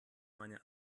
meine